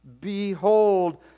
behold